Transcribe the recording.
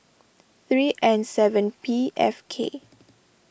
three N seven P F K